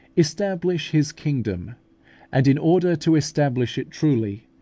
establish his kingdom and, in order to establish it truly,